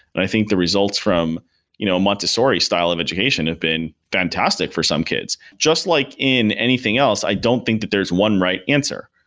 i think the results from you know montessori style of education have been fantastic for some kids. just like in anything else, i don't think that there's one right answer.